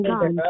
God